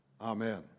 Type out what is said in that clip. Amen